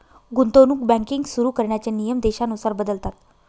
गुंतवणूक बँकिंग सुरु करण्याचे नियम देशानुसार बदलतात